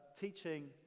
teaching